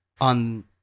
on